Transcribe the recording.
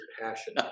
passion